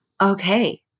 okay